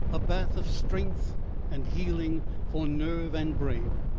a bath of strength and healing for nerve and brain.